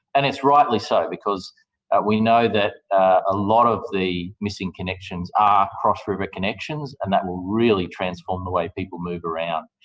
and it's rightly so, because we know that a lot of the missing connections are cross-river connections, and that will really transform the way people move around.